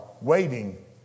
waiting